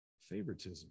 favoritism